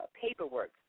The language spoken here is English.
paperwork